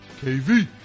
KV